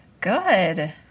Good